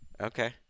Okay